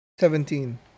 Seventeen